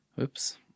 Oops